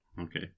okay